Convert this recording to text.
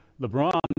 LeBron